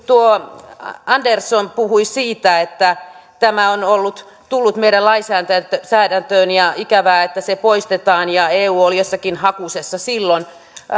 tuo andersson puhui siitä että tämä on tullut meidän lainsäädäntöön ja ikävää että se poistetaan ja eu oli jossakin hakusessa silloin